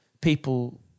people